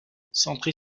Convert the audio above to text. centrée